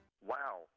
wow